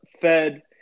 Fed